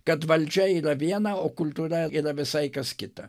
kad valdžia yra viena o kultūra visai kas kita